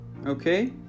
Okay